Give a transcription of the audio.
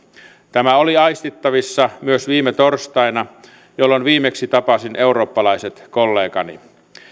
tämä oli aistittavissa myös viime torstaina jolloin viimeksi tapasin eurooppalaiset kollegani